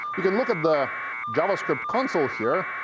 we can look at the javascript console here,